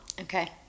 okay